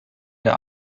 der